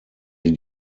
sie